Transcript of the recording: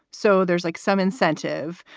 so there's like some incentive.